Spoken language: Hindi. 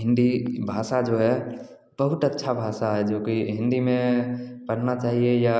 हिन्दी भाषा जो है बहुट अच्छी भाषा है जो कि हिन्दी में पढ़ना चाहिए या